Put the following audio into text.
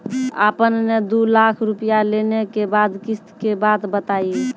आपन ने दू लाख रुपिया लेने के बाद किस्त के बात बतायी?